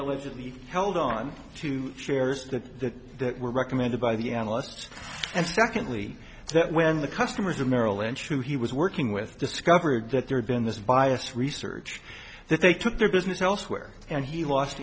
allegedly held on to chairs that were recommended by the analysts and secondly that when the customers of merrill lynch who he was working with discovered that there had been this biased research that they took their business elsewhere and he lost